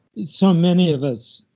so many of us,